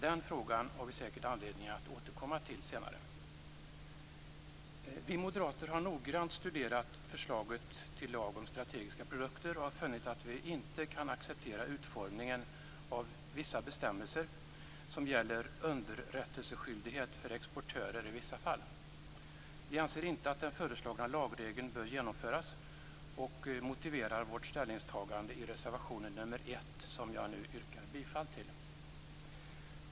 Den frågan får vi säkert anledning att återkomma till senare. Vi moderater har noggrant studerat förslaget till lag om strategiska produkter. Vi har funnit att vi inte kan acceptera utformningen av vissa bestämmelser som gäller underrättelseskyldighet för exportörer i vissa fall. Vi anser inte att den föreslagna lagregeln bör genomföras. Vi motiverar vårt ställningstagande i reservation nr 1, som jag nu yrkar bifall till.